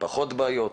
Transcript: פחות בעיות?